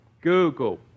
google